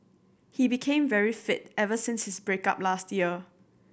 he became very fit ever since his break up last year